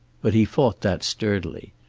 but he fought that sturdily.